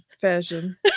fashion